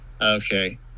okay